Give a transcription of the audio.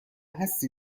هستی